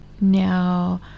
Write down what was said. Now